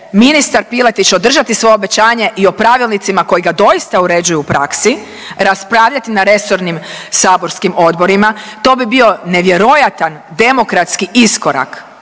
ministar Piletić održati svoje obećanje i o pravilnicima koji ga doista uređuju u praksi raspravljati na resornim saborskim odborima to bi bio nevjerojatan demokratski iskorak